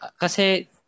kasi